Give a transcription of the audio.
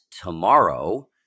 tomorrow